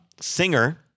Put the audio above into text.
Singer